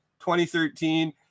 2013